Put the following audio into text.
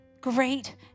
great